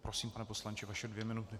Prosím, pane poslanče, vaše dvě minuty.